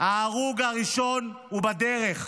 ההרוג הראשון הוא בדרך.